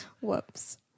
Whoops